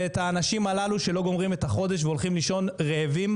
ואת האנשים הללו שלא גומרים את החודש והולכים לישון רעבים,